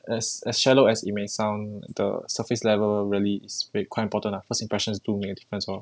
as as shallow as it may sound the surface level really speak quite important ah first impressions do make a difference lor